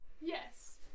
Yes